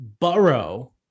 Borough